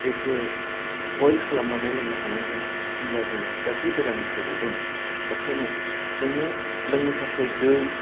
बेखो बवेल खालामनानै लोंनो हानांगोन होनब्ला जों गासै बेरामनिफ्राइ गगोन एखाइनो जोंनो लोंनो थाखाय दै